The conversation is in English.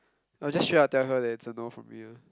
I will just straight up tell her that it's a no from me uh